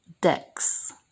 decks